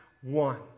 one